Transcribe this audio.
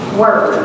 word